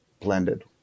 blended